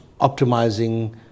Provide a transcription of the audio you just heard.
optimizing